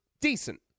decent